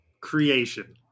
creation